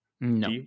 No